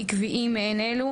עקביים מעין אלו.